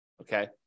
Okay